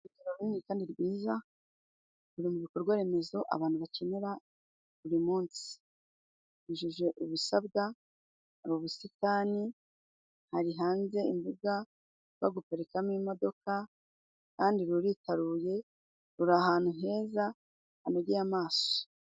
Urusengero runini kandi rwiza ruri mu bikorwa remezo abantu bakenera buri munsi. Rwujuje ibisabwa, hari ubusitani, hari hanze imbuga yo guparikamo imodoka kandi ruritaruye, ruri ahantu heza hanogeye amaso.